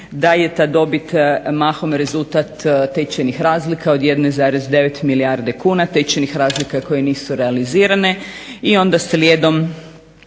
da je ta dobit mahom rezultat tečajnih razlika od 1,9 milijarde kuna, tečajnih razlika koje nisu realizirane. I onda slijedom